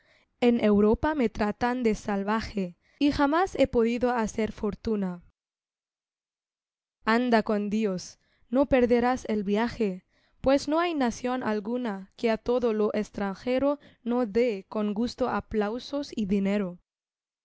en europa me tratan de salvaje y jamás he podido hacer fortuna anda con dios no perderás el viaje pues no hay nación alguna que a todo lo extranjero no dé con gusto aplausos y dinero